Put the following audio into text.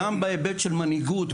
גם בהיבט של מנהיגות,